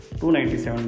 297